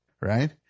Right